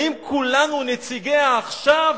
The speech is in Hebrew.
האם כולנו נציגי העכשיו,